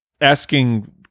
asking